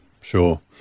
sure